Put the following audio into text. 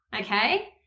okay